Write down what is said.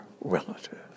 relative